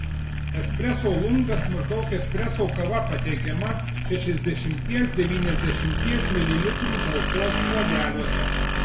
espreso lungas maždaug espreso kava pateikiama šešiasdešimties devyniasdešimties mililitrų talpos puodeliuose